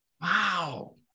Wow